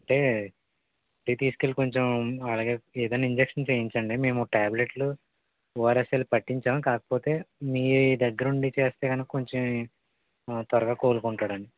అంటే ఇంటికి తీసుకు వెళ్ళీ కొంచెం అలాగే ఏదైన ఇంజెక్షన్ చేయించండి మేము ట్యాబ్లెట్లు ఓఆర్ఎస్ఎల్ పట్టించాము కాకపోతే మీ దగ్గర ఉండి చేస్తే కనుక కొంచెం త్వరగా కోలుకుంటాడు అని